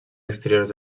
exteriors